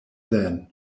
then